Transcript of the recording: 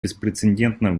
беспрецедентно